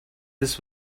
this